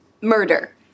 murder